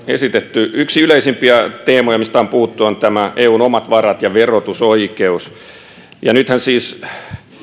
esitetty yksi yleisimpiä teemoja mistä on puhuttu on eun omat varat ja verotusoikeus nythän siis